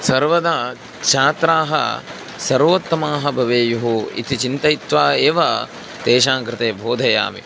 सर्वदा छात्राः सर्वोत्तमाः भवेयुः इति चिन्तयित्वा एव तेषां कृते बोधयामि